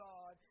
God